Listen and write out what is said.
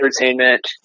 entertainment